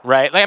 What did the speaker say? Right